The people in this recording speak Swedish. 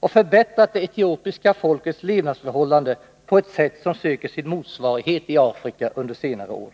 och förbättrat det etiopiska folkets levnadsförhållanden på ett sätt som söker sin motsvarighet i Afrika under senare år.